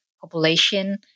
population